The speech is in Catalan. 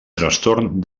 trastorn